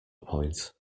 point